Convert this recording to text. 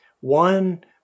one